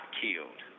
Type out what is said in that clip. killed